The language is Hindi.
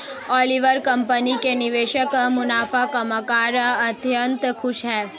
ओलिवर कंपनी के निवेशक मुनाफा कमाकर अत्यंत खुश हैं